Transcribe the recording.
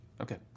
Okay